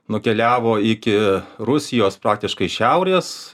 nukeliavo iki rusijos praktiškai šiaurės